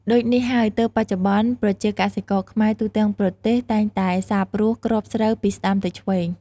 ដូចនេះហើយទើបបច្ចុប្បន្នប្រជាកសិករខ្មែរទូទាំងប្រទេសតែងតែសាបព្រួសគ្រាប់ស្រូវពីស្ដាំទៅឆ្វេង។